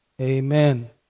amen